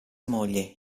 moglie